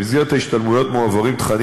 במסגרת ההשתלמויות מועברים לחוקרים תכנים